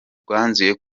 rwanzuye